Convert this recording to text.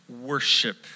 worship